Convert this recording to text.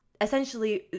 essentially